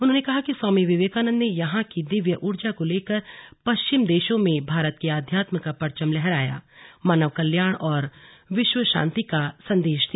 उन्होंने कहा कि स्वामी विवेकानन्द ने यहां की दिव्य ऊर्जा को लेकर पश्चिम देशों में भारत के अध्यात्म का परचम लहराया मानव कल्याण और विश्व शान्ति का सन्देश दिया